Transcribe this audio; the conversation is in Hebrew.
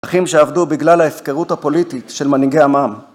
דרכים שעבדו בגלל ההפקרות הפוליטית של מנהיגי עמם.